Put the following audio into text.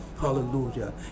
hallelujah